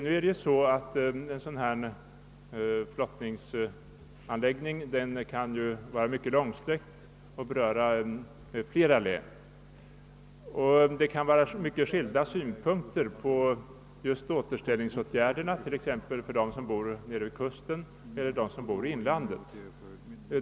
Nu kan ju en flottningsanläggning vara mycket långsträckt och beröra flera län, och de som bor nere vid kusten och de som bor i inlandet kan ha vitt skilda synpunkter på återställningsåtgärderna.